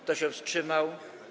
Kto się wstrzymał?